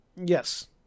Yes